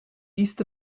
east